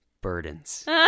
burdens